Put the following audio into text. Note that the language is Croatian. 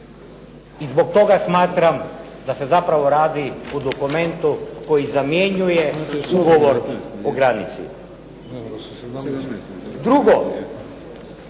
i zbog toga smatram da se zapravo radi o dokumentu koji zamjenjuje ugovor o granici. Drugo,